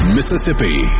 Mississippi